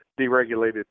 deregulated